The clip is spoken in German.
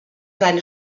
seine